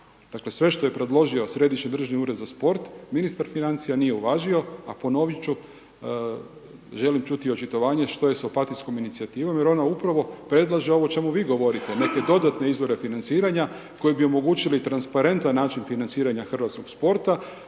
sve što je predložio Središnji državni ured za sport, ministar financija nije uvažio, a ponovit ću, želim čuti očitovanje što je s Opatijskom inicijativom jer ona upravo predlaže ovo o čemu vi govorite, neke dodatne izvore financiranja koji bi omogućili transparentan način financiranja hrvatskog sporta